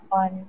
on